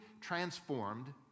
transformed